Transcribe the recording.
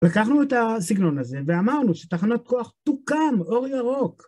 לקחנו את הסגנון הזה ואמרנו שתחנת כוח תוקם, אור ירוק.